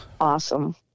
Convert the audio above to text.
Awesome